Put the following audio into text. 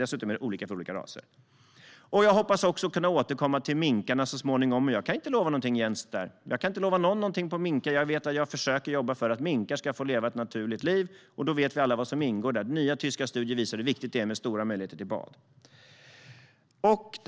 Dessutom är det olika för olika raser. Jag hoppas att kunna återkomma till frågan om minkarna så småningom, men jag kan inte lova någonting där, Jens. Jag försöker jobba för att minkar ska få leva ett naturligt liv, och vi vet alla vad som ingår. Nya tyska studier visar hur viktigt det är med stora möjligheter till bad.